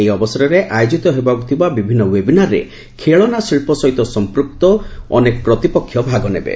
ଏହି ଅବସରରେ ଆୟୋଜିତ ହେବାକୁ ଥିବା ବିଭିନ୍ନ ୱେବିନାର୍ରେ ଖେଳନା ଶିଳ୍ପ ସହିତ ସମ୍ପୂକ୍ତ ବିଭିନ୍ନ ପ୍ରତିପକ୍ଷ ଭାଗ ନେବେ